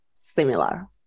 similar